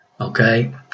Okay